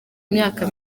myaka